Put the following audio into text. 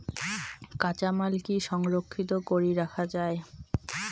কাঁচামাল কি সংরক্ষিত করি রাখা যায়?